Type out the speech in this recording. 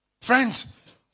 Friends